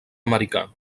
americà